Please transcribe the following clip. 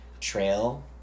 trail